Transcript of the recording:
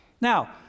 now